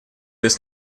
без